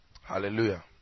Hallelujah